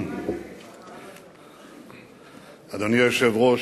אדוני היושב-ראש,